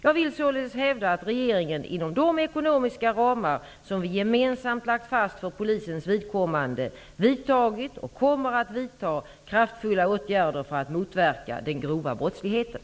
Jag vill således hävda att regeringen, inom de ekonomiska ramar som vi gemensamt har lagt fast för polisens vidkommande, har vidtagit och kommer att vidta kraftfulla åtgärder för att motverka den grova brottsligheten.